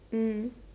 mm